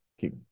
keep